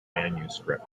manuscript